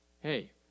Hey